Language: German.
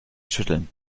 schütteln